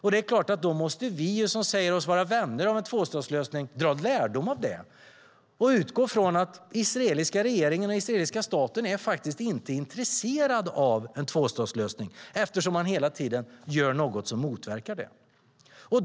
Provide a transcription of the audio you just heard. Vi som säger oss vara vänner av en tvåstatslösning måste då dra lärdom av det och utgå från att den israeliska regeringen och israeliska staten faktiskt inte är intresserad av en tvåstatslösning eftersom man hela tiden gör något som motverkar en sådan.